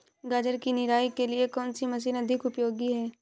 गाजर की निराई के लिए कौन सी मशीन अधिक उपयोगी है?